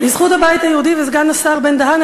לזכות הבית היהודי וסגן השר בן-דהן,